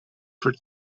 for